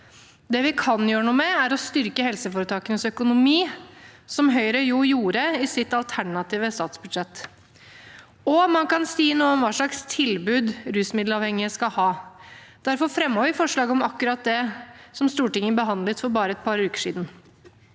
Det vi kan gjøre noe med, er å styrke helseforetakenes økonomi, som Høyre jo gjorde i sitt alternative statsbudsjett. Man kan også si noe om hva slags tilbud rusmiddelavhengige skal ha. Derfor fremmet vi forslag om akkurat det, som Stortinget behandlet for bare et par uker siden.